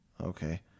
Okay